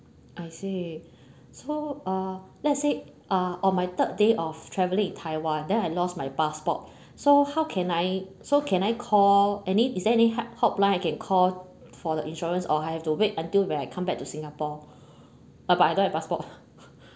I see so uh let's say uh on my third day of travelling in taiwan then I lost my passport so how can I so can I call any is there any help hotline I can call for the insurance or I have to wait until when I come back to singapore uh but I don't have passport